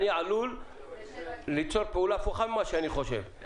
אני עלול ליצור פעולה הפוכה ממה שאני רוצה ולהגדיל את הייבוא.